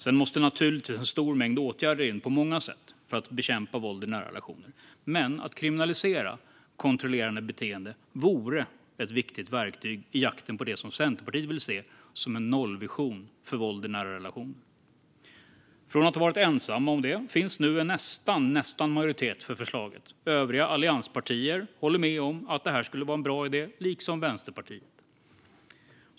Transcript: Sedan måste naturligtvis en stor mängd åtgärder in på många sätt för att bekämpa våld i nära relationer, men att kriminalisera kontrollerande beteende vore ett viktigt verktyg i jakten på det som Centerpartiet vill se: en nollvision för våld i nära relationer. Från att ha varit ensamma om detta finns det nu nästan en majoritet för förslaget. Övriga allianspartier håller med om att det här skulle vara en bra idé, liksom Vänsterpartiet.